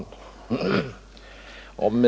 Herr talman!